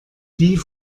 die